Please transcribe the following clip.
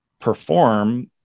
perform